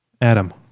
Adam